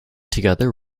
together